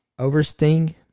Oversting